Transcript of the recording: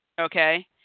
okay